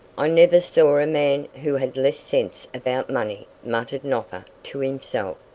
i never saw a man who had less sense about money, muttered nopper to himself.